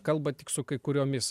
kalba tik su kai kuriomis